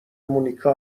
مونیکا